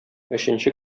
өченче